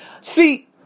See